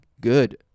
good